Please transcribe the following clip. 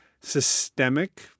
systemic